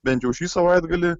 bent jau šį savaitgalį